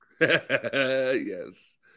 Yes